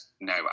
no